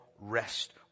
rest